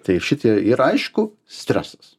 tai šitie ir aišku stresas